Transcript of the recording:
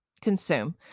consume